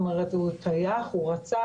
כלומר אם טייח או רצף,